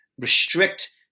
restrict